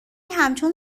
همچون